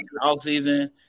off-season